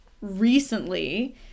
recently